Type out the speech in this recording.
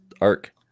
arc